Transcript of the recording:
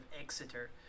exeter